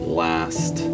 last